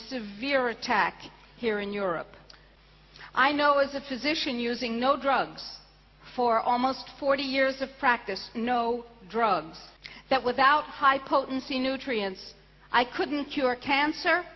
severe attack here in europe i know as a physician using no drugs for almost forty years of practice no drugs that without high potency nutrients i couldn't cure cancer